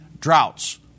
droughts